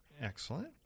excellent